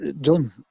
done